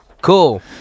cool